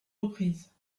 reprises